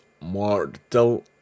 Mortal